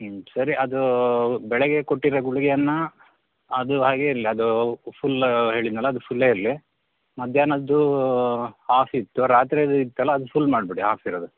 ಸರಿ ಅದು ಬೆಳಗ್ಗೆ ಕೊಟ್ಟಿರೊ ಗುಳಿಗೆಯನ್ನು ಅದು ಹಾಗೆಯೇ ಇರಲಿ ಅದು ಫುಲ್ ಹೇಳಿದ್ದೆನಲ್ಲ ಅದು ಫುಲ್ಲೇ ಇರಲಿ ಮಧ್ಯಾಹ್ನದ್ದು ಹಾಫ್ ಇತ್ತು ರಾತ್ರಿಯದು ಇತ್ತಲ್ಲ ಅದು ಫುಲ್ ಮಾಡಿಬಿಡಿ ಹಾಫ್ ಇರೋದು